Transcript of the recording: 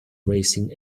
racing